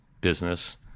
business